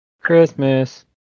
Christmas